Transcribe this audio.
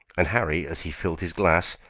and harry, as he filled his glass,